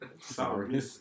Sorry